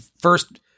first